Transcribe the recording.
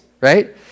right